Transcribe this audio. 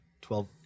twelve